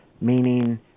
meaning